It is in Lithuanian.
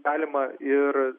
galima ir